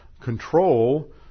control